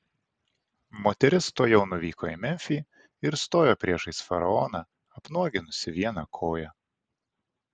moteris tuojau nuvyko į memfį ir stojo priešais faraoną apnuoginusi vieną koją